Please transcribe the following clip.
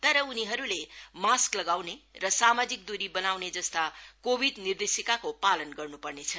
तर उनीहरूले मास्क लगाउने र सामाजिक दूरी बनाउने जस्ता कोविड निर्देशिकाको पालन गर्नु पर्नेछ